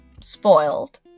spoiled